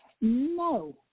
No